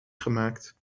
gemaakt